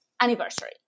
anniversary